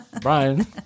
Brian